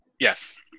Yes